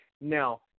Now